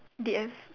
D_S